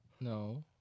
No